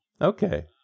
Okay